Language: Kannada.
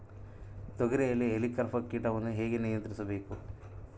ತೋಗರಿಯಲ್ಲಿ ಹೇಲಿಕವರ್ಪ ಕೇಟವನ್ನು ಹೇಗೆ ನಿಯಂತ್ರಿಸಬೇಕು?